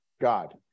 God